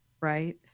right